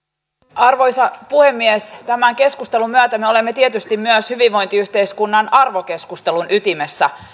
arvoisa puhemies tämän keskustelun myötä me olemme tietysti myös hyvinvointiyhteiskunnan arvokeskustelun ytimessä